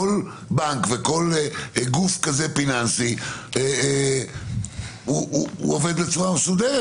כל בנק וכל גוף כזה פיננסי עובד בצורה מסודרת.